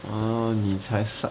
哦你才 suck